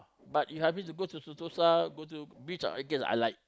but you ask me to go to Sentosa go to beach okay I like